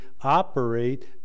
operate